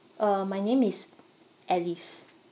uh my name is alice